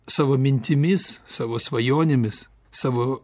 savo mintimis savo svajonėmis savo